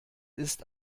ist